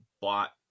bought